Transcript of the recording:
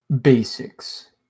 basics